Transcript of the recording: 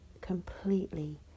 completely